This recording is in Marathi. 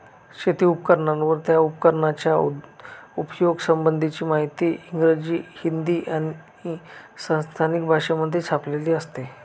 शेती उपकरणांवर, त्या उपकरणाच्या उपयोगा संबंधीची माहिती इंग्रजी, हिंदी आणि स्थानिक भाषेमध्ये छापलेली असते